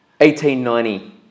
1890